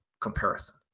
comparison